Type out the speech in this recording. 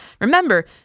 remember